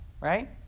right